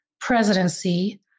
Presidency